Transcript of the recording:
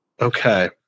Okay